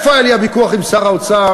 איפה היה לי הוויכוח עם שר האוצר,